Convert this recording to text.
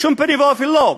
בשום פנים ואופן לא.